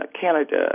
Canada